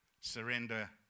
surrender